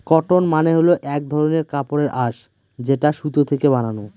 cotton মানে হল এক ধরনের কাপড়ের আঁশ যেটা সুতো থেকে বানানো